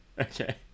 okay